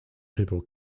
people